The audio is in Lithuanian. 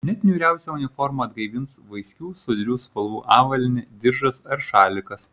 net niūriausią uniformą atgaivins vaiskių sodrių spalvų avalynė diržas ar šalikas